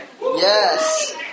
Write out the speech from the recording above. yes